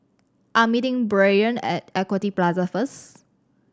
I'm meeting Brayden at Equity Plaza first